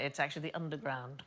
it's actually the underground